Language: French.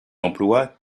emploie